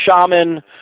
shaman